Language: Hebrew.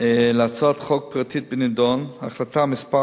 להצעת חוק פרטית בנדון, החלטה מס'